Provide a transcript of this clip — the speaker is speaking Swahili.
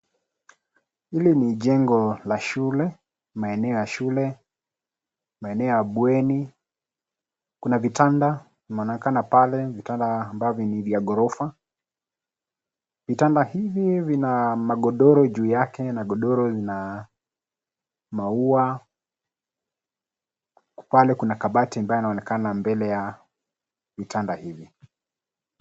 Hili ni jengo la shule, maeneo ya shule, maeneo ya bweni. Kuna vitanda vinaonekana pale vitanda ambavyo ni vya ghorofa. Vitanda hivi vina magodoro juu yake na godoro lina maua. Pale kuna kabati ambayo inaloonekana mbele ya vitanda hivi.